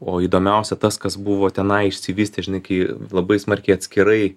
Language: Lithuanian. o įdomiausia tas kas buvo tenai išsivystė žinai kai labai smarkiai atskirai